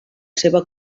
seva